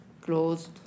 closed